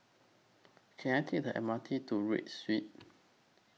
Can I Take The M R T to Read Street